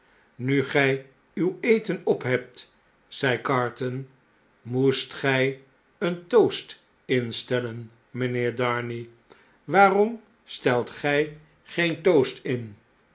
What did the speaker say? nu gij uw eten ophebt zei carton moest gij een toast instellen mijnheer darnay waarom stelt gij geen toast in